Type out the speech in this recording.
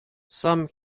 some